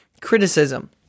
criticism